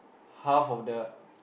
half of the